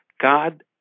God